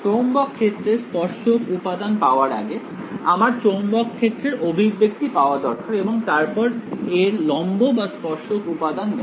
চৌম্বক ক্ষেত্রের স্পর্শক উপাদান পাওয়ার আগে আমার চৌম্বক ক্ষেত্রের অভিব্যক্তি পাওয়া দরকার এবং তারপর এর লম্ব বা স্পর্শক উপাদান নেবো